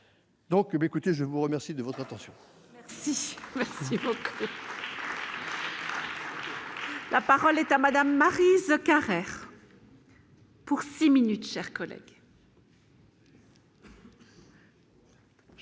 écoutez, je vous remercie de votre attention.